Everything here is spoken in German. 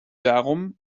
darum